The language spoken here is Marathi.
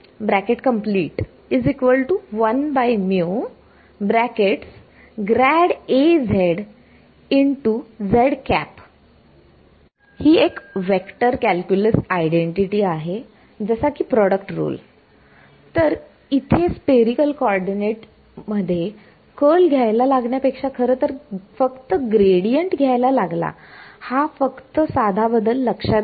तर ही एक वेक्टर कॅल्क्युलस आयडेंटिटी आहे जसा की प्रॉडक्ट रुल तर इथे स्फेरीकल कॉर्डीनेट्समध्ये कर्ल घ्यायला लागण्यापेक्षा खरंतर फक्त ग्रेडियंट घ्यायला लागला फक्त हा साधा बदल लक्षात घ्या